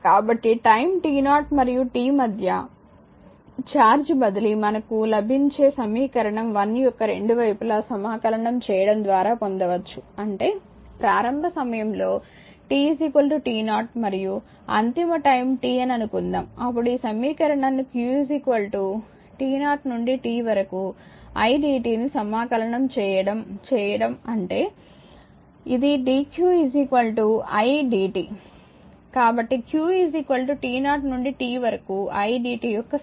కాబట్టిటైమ్ t0 మరియు t మధ్య charge బదిలీ మనకు లభించే సమీకరణం 1 యొక్క రెండు వైపులా సమాకలనం చేయడం ద్వారా పొందవచ్చు అంటే ప్రారంభ సమయంలో t t0 మరియు అంతిమ టైమ్ t అని అనుకుందాం అప్పుడు ఈ సమీకరణాన్ని q t0 నుండి t వరకు idt ని సమాకలనం చేయండి అంటే ఇది dq i dt కాబట్టి q t0 నుండి t వరకు idt యొక్క సమాకలనం